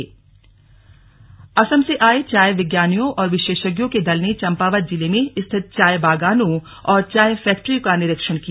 जैविक चाय असम से आए चाय विज्ञानियों और विशेषज्ञों के दल ने चंपावत जिले में स्थित चाय बागानों और चाय फैक्टरी का निरीक्षण किया